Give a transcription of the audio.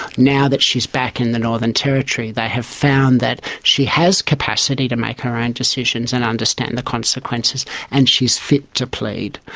now that she is back in the northern territory they have found that she has capacity to make her own and decisions and understand the consequences and she is fit to plead.